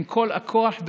עם כל הכוח,